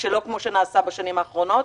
שלא כפי שנעשה בשנים האחרונות,